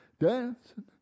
dancing